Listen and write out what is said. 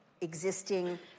existing